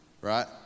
right